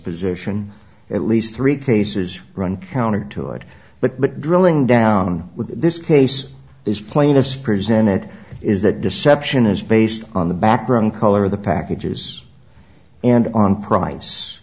position at least three cases run counter to it but drilling down with this case is plaintiffs presented is that deception is based on the background color of the packages and on price